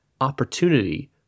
opportunity